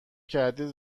کردید